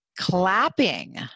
clapping